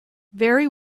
very